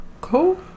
Cool